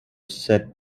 set